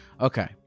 Okay